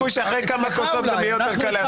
יש סיכוי שאחרי כמה כוסות גם יהיה יותר קל להסכים.